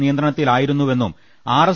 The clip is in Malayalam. എസ് നിയന്ത്ര ണത്തിലായിരുന്നുവെന്നും ആർ